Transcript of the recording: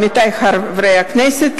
עמיתי חברי הכנסת,